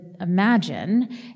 imagine